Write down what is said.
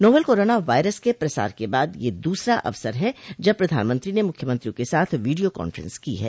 novel corona virus के प्रसार के बाद यह दूसरा अवसर है जब प्रधानमंत्री ने मुख्यमंत्रियों के साथ वीडियों कांफ्रेंस की है